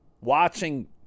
watching